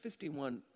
51